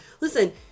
listen